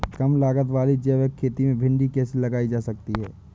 कम लागत वाली जैविक खेती में भिंडी कैसे लगाई जा सकती है?